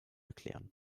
erklären